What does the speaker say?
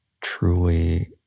truly